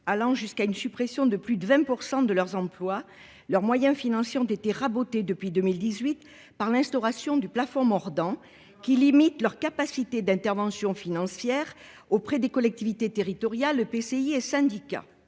allant jusqu'à la suppression de plus de 20 % de leurs emplois, leurs moyens financiers ont été rabotés depuis 2018 ... Même avant !... par l'instauration du plafond mordant, qui limite leurs capacités d'interventions financières auprès des collectivités territoriales, établissements